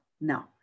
no